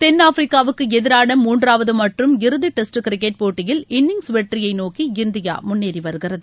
தென்னாப்பிரிக்காவுக்கு எதிரான மூன்றாவது மற்றும் இறுதி டெஸ்ட் கிரிக்கெட் போட்டியில் இன்னிங்ஸ் வெற்றியை நோக்கி இந்தியா முன்னேறி வருகிறது